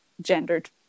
gendered